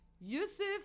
Yusuf